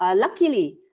ah luckily,